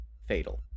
fatal